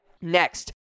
Next